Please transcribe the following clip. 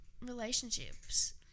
relationships